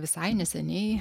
visai neseniai